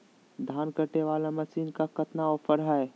धान कटे बाला मसीन पर कतना ऑफर हाय?